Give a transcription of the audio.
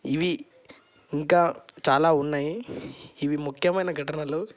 ఇవి ఇంకా చాలా ఉన్నాయి ఇవి ముఖ్యమైన ఘటనలు